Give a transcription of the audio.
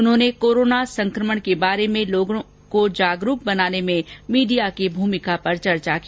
उन्होंने कोरोना संक्रमण के बारे में लोगों को जागरूक बनाने में मीडिया की भुमिका पर चर्चा की